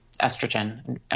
estrogen